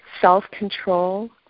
self-control